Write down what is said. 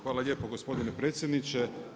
Hvala lijepo gospodine predsjedniče.